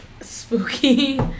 Spooky